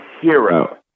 hero